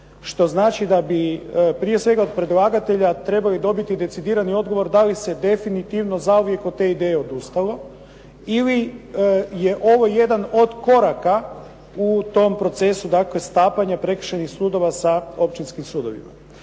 što znači da bi prije svega od predlagatelja trebali dobiti decidirani odgovor da i se definitivno zauvijek od te ideje odustalo, ili je ovo jedan od koraka u tom procesu dakle stapanje prekršajnih sudova s a općinskim sudovima.